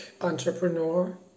entrepreneur